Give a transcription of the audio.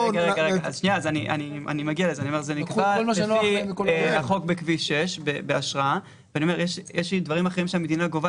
זה נקבע בהשראת החוק בכביש 6. יש דברים אחרים שהמדינה גובה,